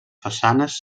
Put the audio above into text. façanes